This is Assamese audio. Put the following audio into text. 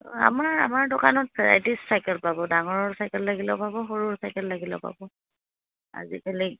আমাৰ আমাৰ দোকানত ভেৰাইটিজ চাইকেল পাব ডাঙৰৰ চাইকেল লাগিলেও পাব সৰুৰ চাইকেল লাগিলেও পাব আজিকালি